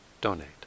donate